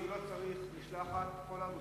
שהוא לא צריך משלחת, פולארד.